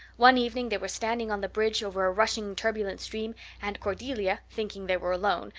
one evening they were standing on the bridge over a rushing turbulent stream and cordelia, thinking they were alone,